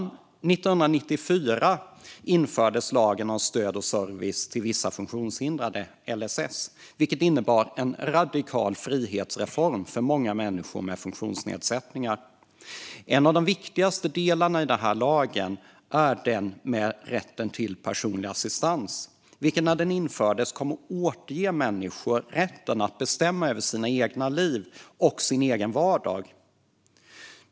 År 1994 infördes lagen om stöd och service till vissa funktionshindrade, LSS, vilket innebar en radikal frihetsreform för många människor med funktionsnedsättningar. En av de viktigaste delarna i lagen är rätten till personlig assistans, vilken när den infördes kom att återge människor rätten att bestämma över sina egna liv och sin egen vardag.